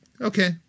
okay